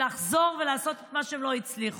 מלחזור ולעשות את מה שהם לא הצליחו.